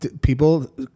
people